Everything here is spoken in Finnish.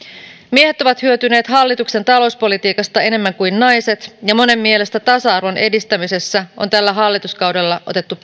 miehet ovat hyötyneet hallituksen talouspolitiikasta enemmän kuin naiset ja monen mielestä tasa arvon edistämisessä on tällä hallituskaudella otettu